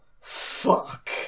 fuck